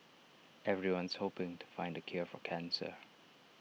everyone's hoping to find the cure for cancer